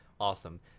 Awesome